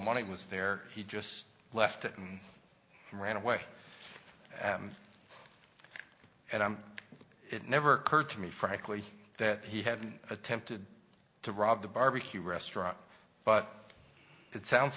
money was there he just left it and ran away and i'm it never occurred to me frankly that he had attempted to rob the barbecue restaurant but it sounds